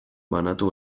banatu